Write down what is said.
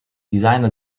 designer